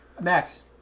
Max